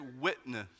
witness